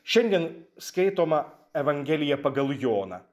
šiandien skaitoma evangelija pagal joną